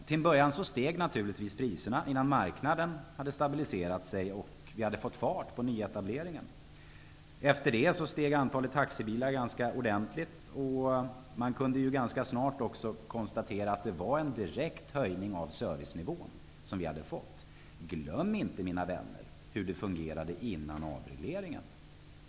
Till en början steg naturligtvis priserna innan marknaden hade stabiliserat sig och nyetableringen tagit fart. Antalet taxibilar steg därefter ganska ordentligt, varför man snart kunde konstatera att en klar höjning av servicenivån hade skett. Glöm inte, mina vänner, hur det fungerade före avregleringen!